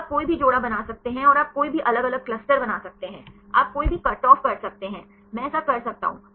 तो आप कोई भी जोड़ा बना सकते हैं और आप कोई भी अलग अलग क्लस्टर बना सकते हैं आप कोई भी कटऑफ कर सकते हैं मैं ऐसा कर सकता हूँ